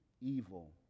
evil